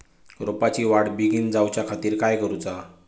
रोपाची वाढ बिगीन जाऊच्या खातीर काय करुचा?